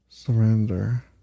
surrender